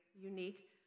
unique